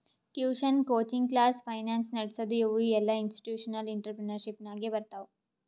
tuition, coaching class, finance ನಡಸದು ಇವು ಎಲ್ಲಾಇನ್ಸ್ಟಿಟ್ಯೂಷನಲ್ ಇಂಟ್ರಪ್ರಿನರ್ಶಿಪ್ ನಾಗೆ ಬರ್ತಾವ್